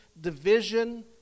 division